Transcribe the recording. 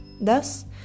Thus